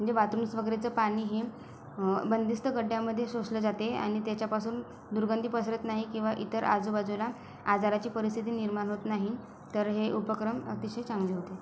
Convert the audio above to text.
जे बाथरूम्स वगैरेचं पाणी हे बंदिस्त खड्ड्यामध्ये शोषलं जाते आणि त्याच्यापासून दुर्गंधी पसरत नाही किंवा इतर आजूबाजूला आजाराची परिस्थिती निर्माण होत नाही तर हे उपक्रम अतिशय चांगले होते